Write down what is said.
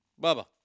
Bubba